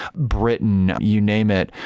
brittain, you name it.